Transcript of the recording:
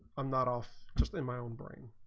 i'm not off just in my own bring